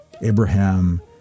Abraham